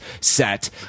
set